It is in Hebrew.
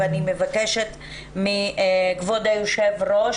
ואני מבקשת מכבוד היושב ראש,